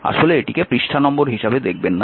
আসলে এটিকে পৃষ্ঠা নম্বর হিসাবে দেখবেন না